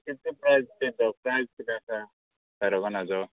कितले प्रायस तेचो प्रायस कितें आसा पेरागोनाचो